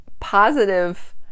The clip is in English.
positive